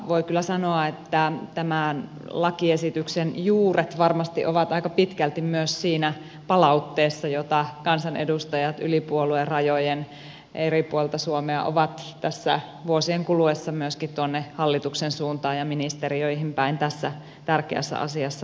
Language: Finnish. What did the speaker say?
voi kyllä sanoa että tämän lakiesityksen juuret varmasti ovat aika pitkälti myös siinä palautteessa jota kansanedustajat yli puoluerajojen eri puolilta suomea ovat tässä vuosien kuluessa myöskin tuonne hallituksen suuntaan ja ministeriöihin päin tässä tärkeässä asiassa tuoneet